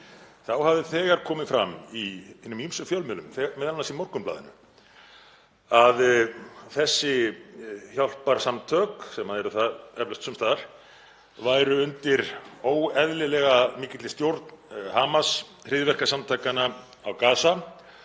Þá hafði þegar komið fram í hinum ýmsu fjölmiðlum, m.a. í Morgunblaðinu, að þessi hjálparsamtök, sem eru það eflaust sums staðar, væru undir óeðlilega mikilli stjórn Hamas, hryðjuverkasamtakanna á Gaza,